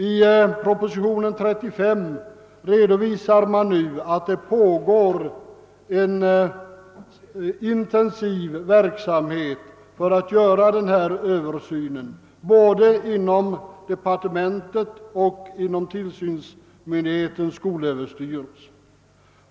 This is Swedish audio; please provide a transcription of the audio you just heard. I propositionen nr 35 redovisas nu, att det pågår en intensiv verksamhet för att fullfölja denna översyn både inom departementet och inom tillsyns myndigheten, skolöverstyrelsen.